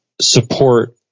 support